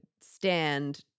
stand